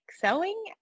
sewing